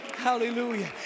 hallelujah